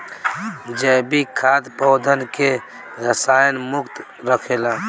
जैविक खाद पौधन के रसायन मुक्त रखेला